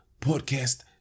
Podcast